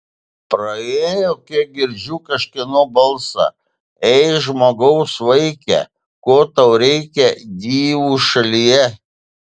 paėjo kiek girdi kažkieno balsą ei žmogaus vaike ko tau reikia divų šalyje